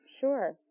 Sure